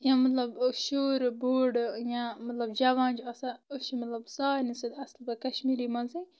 یا مطلب شُر بوٚڈ یا مطلب جوان چھُ آسان أسۍ چھِ مطلب سارنٕے سۭتۍ اصل پٲٹھۍ کشمیٖری منٛزٕے کتھ کران